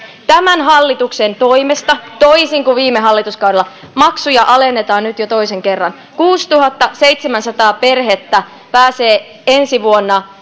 tämän hallituksen toimesta toisin kuin viime hallituskaudella maksuja alennetaan nyt jo toisen kerran kuusituhattaseitsemänsataa perhettä pääsee ensi vuonna